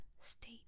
state